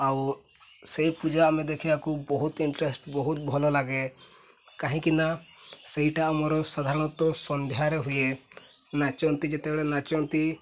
ଆଉ ସେଇ ପୂଜା ଆମେ ଦେଖିବାକୁ ବହୁତ ଇଣ୍ଟରେଷ୍ଟ ବହୁତ ଭଲ ଲାଗେ କାହିଁକି ନା ସେଇଟା ଆମର ସାଧାରଣତଃ ସନ୍ଧ୍ୟାରେ ହୁଏ ନାଚନ୍ତି ଯେତେବେଳେ ନାଚନ୍ତି